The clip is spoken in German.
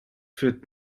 führt